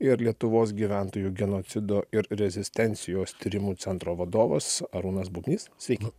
ir lietuvos gyventojų genocido ir rezistencijos tyrimų centro vadovas arūnas bubnys sveiki